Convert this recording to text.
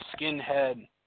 skinhead